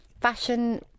fashion